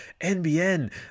NBN